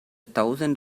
thousand